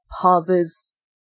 pauses